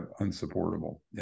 unsupportable